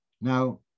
Now